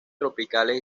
tropicales